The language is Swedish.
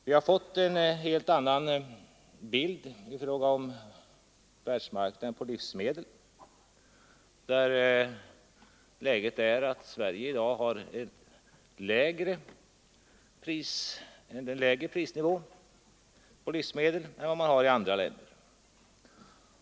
Vi har fått en helt annan bild i fråga om världsmarknaden på livsmedel, där läget är att Sverige i dag har en lägre prisnivå på livsmedel än vad man har i andra länder.